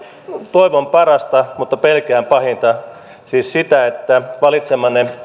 toivon parasta mutta pelkään pahinta siis sitä että valitsemanne